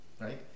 right